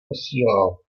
posílal